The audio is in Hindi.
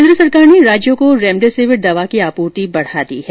केंद्र सरकार ने राज्यों को रेमडेसिविर दवा की आपूर्ति बढा दी है